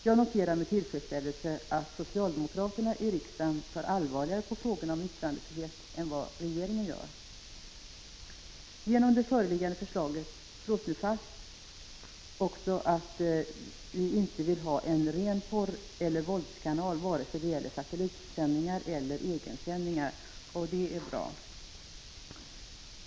Jag noterar med tillfredsställelse att socialdemokraterna i riksdagen tar allvarligare på frågorna om yttrandefrihet än regeringen gör. Genom det föreliggande förslaget slås nu också fast att vi inte vill ha en ren porroch våldskanal, vare sig det gäller satellitsändningar eller egensändningar. Det är bra.